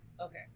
Okay